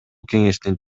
кеңештин